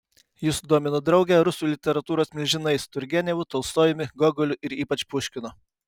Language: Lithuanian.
ji sudomino draugę rusų literatūros milžinais turgenevu tolstojumi gogoliu ir ypač puškinu